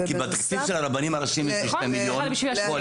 בתקציב של הרבנים הראשיים יש לי 2 מיליון קואליציוניים.